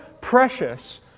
precious